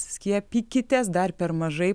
skiepykitės dar per mažai